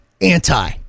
anti-